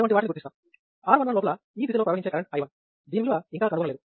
అటువంటి వాటిని గుర్తిస్తాం R11 లోపల ఈ దిశ లో ప్రవహించే కరెంటు I1 దీని విలువ ఇంకా కనుగొనలేదు